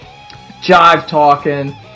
jive-talking